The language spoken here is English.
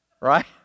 Right